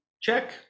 check